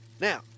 Now